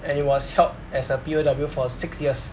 and he was held as a P_O_W for six years